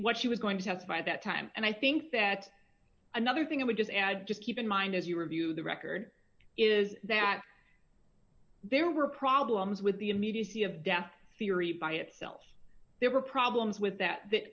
what she was going to have by that time and i think that's another thing i would just add just keep in mind as you review the record is that there were problems with the immediacy of death theory by itself there were problems with that that